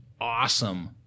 awesome